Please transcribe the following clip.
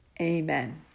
Amen